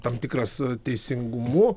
tam tikras teisingumu